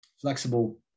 flexible